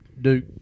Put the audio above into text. Duke